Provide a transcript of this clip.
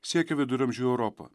siekia viduramžių europą